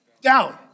down